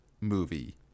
movie